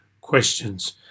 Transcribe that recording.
questions